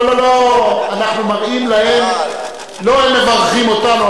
לא הם מברכים אותנו,